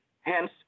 Hence